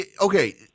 okay